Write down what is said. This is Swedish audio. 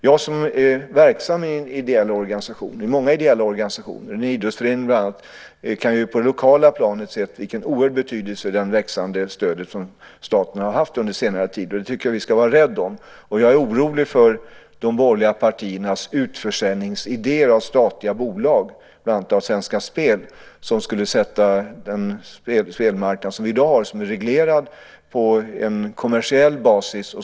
Jag som är verksam i många ideella organisationer, bland annat en idrottsförening, kan på det lokala planet se vilken oerhörd betydelse det växande stödet från staten har haft under senare tid. Det tycker jag att vi ska vara rädda om. Jag är orolig för de borgerliga partiernas utförsäljningsidéer när det gäller statliga bolag, bland annat Svenska Spel. Det skulle sätta den spelmarknad som vi i dag har, som är reglerad, på en kommersiell basis.